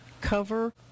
cover